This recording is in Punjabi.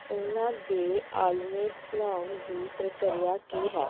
ਉਹਨਾਂ ਦੇ ਆਲ੍ਹਣੇ ਬਣਾਉਣ ਦੀ ਪ੍ਰਕਿਰਿਆ ਕੀ ਹੈ